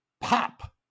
pop